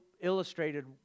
illustrated